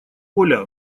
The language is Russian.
оля